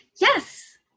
Yes